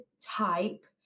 type